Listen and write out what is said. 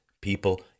people